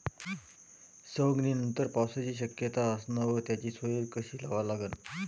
सवंगनीनंतर पावसाची शक्यता असन त त्याची सोय कशी लावा लागन?